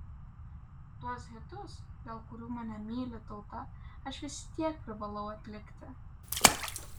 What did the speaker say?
tuos hitus dėl kurių mane myli tauta aš vis tiek privalau atlikti